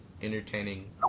entertaining